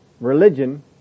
Religion